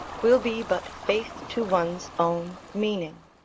will be but faith to one's own meaning.